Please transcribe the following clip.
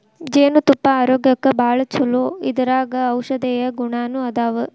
ಜೇನತುಪ್ಪಾ ಆರೋಗ್ಯಕ್ಕ ಭಾಳ ಚುಲೊ ಇದರಾಗ ಔಷದೇಯ ಗುಣಾನು ಅದಾವ